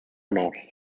north